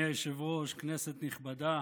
אדוני היושב-ראש, כנסת נכבדה,